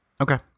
Okay